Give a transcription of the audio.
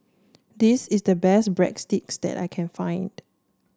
this is the best Breadsticks that I can find